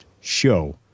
show